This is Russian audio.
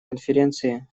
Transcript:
конференции